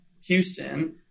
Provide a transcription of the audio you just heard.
Houston